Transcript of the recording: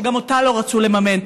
שגם אותה לא רצו לממן.